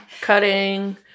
cutting